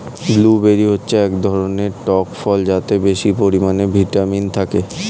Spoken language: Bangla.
ব্লুবেরি হচ্ছে এক ধরনের টক ফল যাতে বেশি পরিমাণে ভিটামিন থাকে